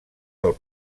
del